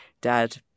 dad